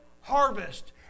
harvest